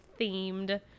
themed